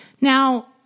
Now-